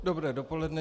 Dobré dopoledne.